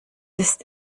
ist